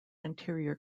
anterior